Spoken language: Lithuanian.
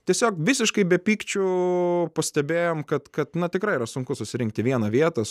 tiesiog visiškai be pykčių pastebėjom kad kad na tikrai yra sunku susirinkt į vieną vietą